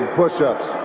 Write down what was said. push-ups